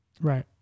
right